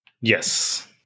Yes